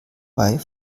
bei